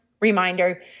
reminder